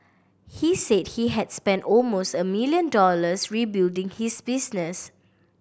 he said he had spent almost a million dollars rebuilding his business